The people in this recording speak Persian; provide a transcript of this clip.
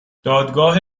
دادگاه